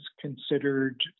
considered